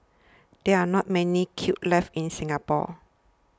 there are not many kilns left in Singapore